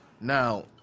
Now